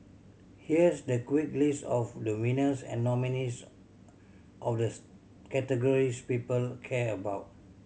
here's the quick list of the winners and nominees of the categories people care about